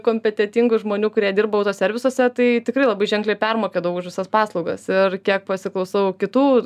kompetentingų žmonių kurie dirba autoservisuose tai tikrai labai ženkliai permokėdavau už visas paslaugas ir kiek pasiklausau kitų